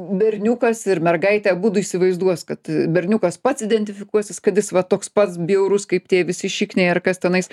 berniukas ir mergaitė abudu įsivaizduos kad berniukas pats identifikuosis kad jis va toks pats bjaurus kaip tie visi šikniai ar kas tenais